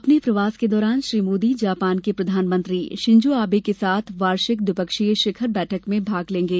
अपने प्रवास के दौरान श्री मोदी जापान के प्रधानमंत्री शिन्जो आवे के साथ वार्षिक द्विपक्षीय शिखर बैठक में भाग लेंगे